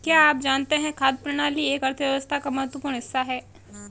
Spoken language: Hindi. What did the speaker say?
क्या आप जानते है खाद्य प्रणाली एक अर्थव्यवस्था का महत्वपूर्ण हिस्सा है?